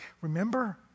Remember